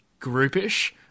groupish